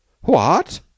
What